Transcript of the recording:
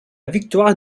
victoire